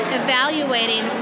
evaluating